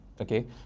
okay